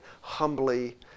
humbly